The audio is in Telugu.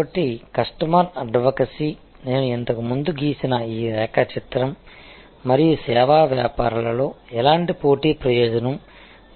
కాబట్టి కస్టమర్ అడ్వకసీ నేను ఇంతకు ముందు గీసిన ఈ రేఖాచిత్రం మరియు సేవా వ్యాపారాలలో ఎలాంటి పోటీ ప్రయోజనం